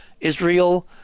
israel